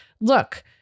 look